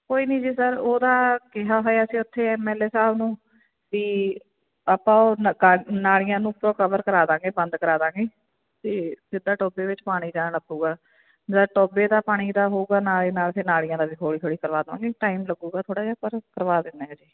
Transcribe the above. ਕੋਈ ਨਹੀਂ ਜੀ ਸਰ ਉਹਦਾ ਕਿਹਾ ਹੋਇਆ ਸੀ ਉਥੇ ਐੱਮ ਐੱਲ ਏ ਸਾਹਿਬ ਨੂੰ ਵੀ ਆਪਾਂ ਨਾਲੀਆਂ ਨੂੰ ਉੱਤੋਂ ਕਵਰ ਕਰਾਦਾਂਗੇ ਬੰਦ ਕਰਾਦਾਂਗੇ ਅਤੇ ਸਿੱਧਾ ਟੋਬੇ ਵਿੱਚ ਪਾਣੀ ਜਾਣ ਲਾਪੂਗਾ ਜਿਦਾ ਟੋਬੇ ਦਾ ਪਾਣੀ ਦਾ ਹੋਵੇਗਾ ਨਾਲੇ ਨਾਲ ਫਿਰ ਨਾਲੀਆਂ ਦਾ ਵੀ ਹੌਲੀ ਹੌਲੀ ਕਰਵਾਦਾਂਗੇ ਟਾਈਮ ਲੱਗੂਗਾ ਥੋੜ੍ਹਾ ਜਿਹਾ ਪਰ ਕਰਵਾ ਦਿੰਨੇ ਆ ਜੀ